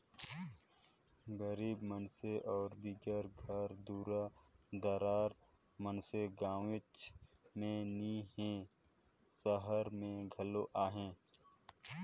गरीब मइनसे अउ बिगर घर दुरा दार मइनसे गाँवेच में नी हें, सहर में घलो अहें